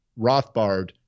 Rothbard